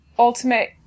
Ultimate